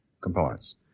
components